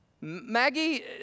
Maggie